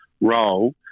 role